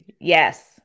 Yes